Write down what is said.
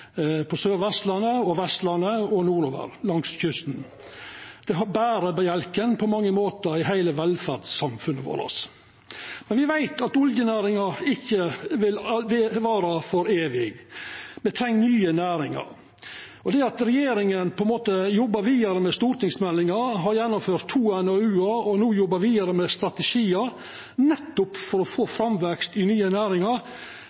på Sør-Vestlandet, Vestlandet og nordover langs kysten. Det er på mange måtar berebjelken i heile velferdssamfunnet vårt. Me veit at oljenæringa ikkje vil vara evig. Me treng nye næringar. Det at regjeringa jobbar vidare med stortingsmeldinga, har gjennomført to NOU-ar og no jobbar vidare med strategiar for å få framvekst i nye næringar,